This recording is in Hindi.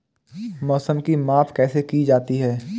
मौसम की माप कैसे की जाती है?